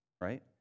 right